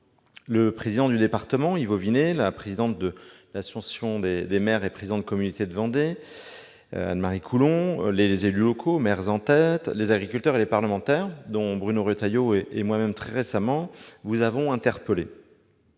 le président du conseil départemental, Yves Auvinet, la présidente de l'association des maires et présidents de communautés de Vendée, Anne-Marie Coulon, les élus locaux, maires en tête, les agriculteurs et les parlementaires, dont Bruno Retailleau et moi-même très récemment, vous avons interpellé.